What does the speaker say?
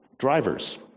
drivers